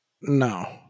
No